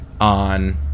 on